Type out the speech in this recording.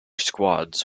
squads